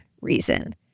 reason